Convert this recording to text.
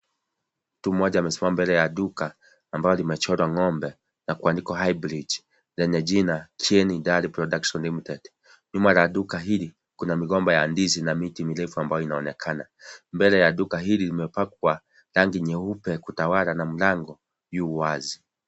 Mtu mmoja amesimama mbele ya duka ambalo limechorwa ng'ombe na kuandikwa (cs)Highbridge(cs) lenye jina (cs)Kieni dairy products LTD(cs) nyuma la duka hili kuna migomba ya ndizi na miti mirefu ambayo inaonekana, mbele ya duka hili limepakwa rangi nyeupe kutawala na mlango yu wazi.